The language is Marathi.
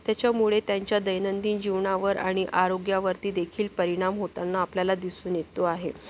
त्यांच्या दैनंदिन जीवनावर आणि आरोग्यावरतीदेखील परिणाम होतांना आपल्याला दिसून येतो आहे